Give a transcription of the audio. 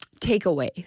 takeaway